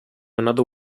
another